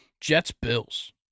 Jets-Bills